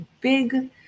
big